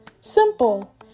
Simple